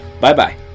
Bye-bye